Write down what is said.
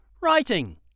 writing